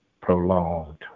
prolonged